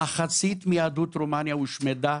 מחצית מיהדות רומניה הושמדה.